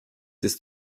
ist